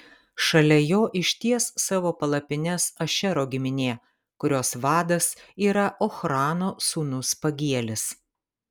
šalia jo išties savo palapines ašero giminė kurios vadas yra ochrano sūnus pagielis